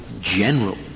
general